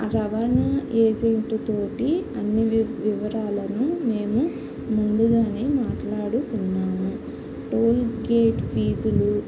ఆ రవాణా ఏజెంటుతో అన్నీ వివరాలను మేము ముందుగానే మాట్లాడుకున్నాము టోల్ గేట్ ఫీజులు